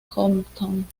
compton